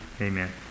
Amen